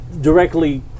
Directly